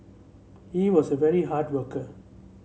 he was a very hard worker